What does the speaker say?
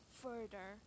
further